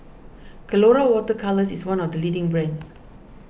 Colora Water Colours is one of the leading brands